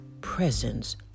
presence